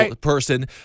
person